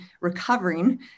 recovering